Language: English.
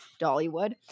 Dollywood